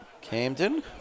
Camden